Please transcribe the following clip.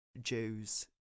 Jews